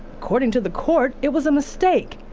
according to the court, it was a mistake,